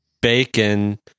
bacon